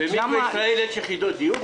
במקווה ישראל יש יחידות דיור?